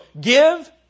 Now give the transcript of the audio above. give